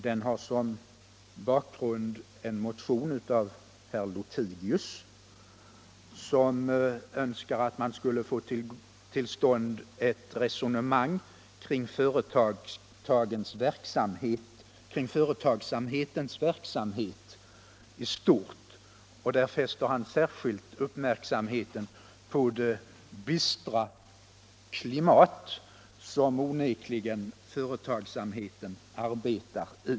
Den har som bakgrund en motion av herr Lothigius, som önskar att man skall få till stånd ett resonemang kring företagsamhetens verksamhet i stort. Där fäster han särskilt uppmärksamheten på det bistra klimat som företagsamheten onekligen arbetar i.